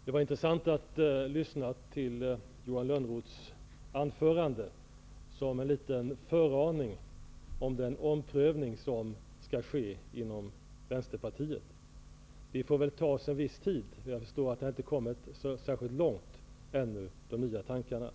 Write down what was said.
Fru talman! Det var intressant att lyssna till Johan Lönnroths anförande som en liten föraning om den omprövning som skall ske inom Vänsterpartiet. Det får väl ta viss tid, eftersom jag förstår att de nya tankarna ännu inte har kommit så långt.